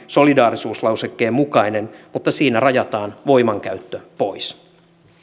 solidaarisuuslausekkeen mukainen mutta siinä rajataan voimankäyttö pois